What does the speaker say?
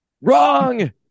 wrong